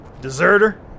Deserter